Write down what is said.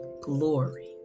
glory